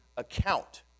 account